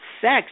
sex